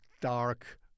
dark